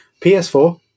PS4